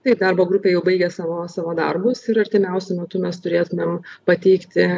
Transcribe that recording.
tai darbo grupė jau baigė savo savo darbus ir artimiausiu metu mes turėtumėm pateikti